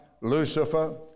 Lucifer